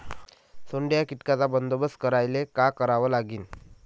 सोंडे या कीटकांचा बंदोबस्त करायले का करावं लागीन?